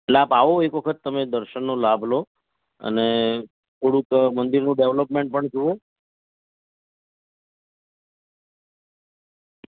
એટલે આપ આવો એક વખત તમે દર્શનનો લાભ લો અને થોડુંક મંદિરનું ડેવલપમેન્ટ પણ જોવો